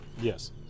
Yes